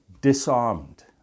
disarmed